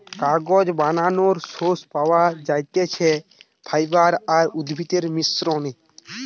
কাগজ বানানোর সোর্স পাওয়া যাতিছে ফাইবার আর উদ্ভিদের মিশ্রনে